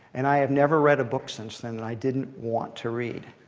and i have never read a book since then that i didn't want to read.